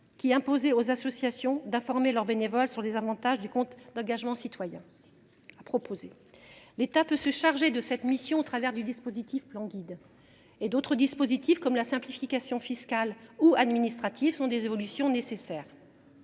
qui imposait aux associations d’informer leurs bénévoles sur les avantages du CER. L’État peut se charger de cette mission grâce au dispositif Guid’Asso. D’autres dispositifs, comme la simplification fiscale et administrative, sont des évolutions nécessaires.